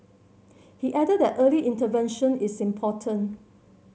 he added that early intervention is important